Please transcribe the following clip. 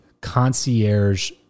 concierge